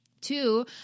Two